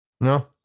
no